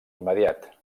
immediat